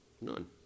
None